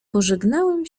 pożegnałem